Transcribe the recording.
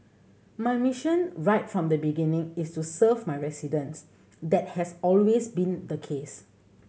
my mission right from the beginning is to serve my residents that has always been the case